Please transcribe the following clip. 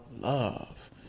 love